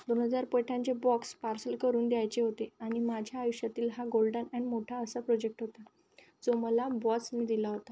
दोन हजार पेठ्यांचे बॉक्स पार्सल करून द्यायचे होते आणि माझ्या आयुष्यातील हा गोल्डन ॲन मोठा असा प्रोजेक्ट होता जो मला बॉसनी दिला होता